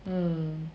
mm